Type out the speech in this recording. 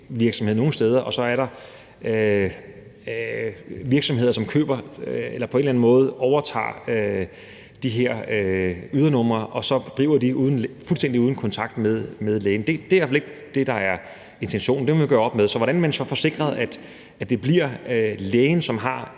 lægevirksomhed nogen steder, og at der er virksomheder, som køber eller på en eller anden måde overtager de her ydernumre og fuldstændig uden kontakt med lægen så driver dem, så er det i hvert fald ikke det, der er intentionen, så det må vi gøre op med. Så hvordan man så får sikret, at det bliver lægen, som har